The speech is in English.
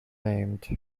named